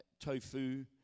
tofu